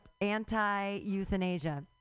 anti-euthanasia